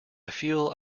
feel